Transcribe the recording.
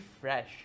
fresh